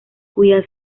cuya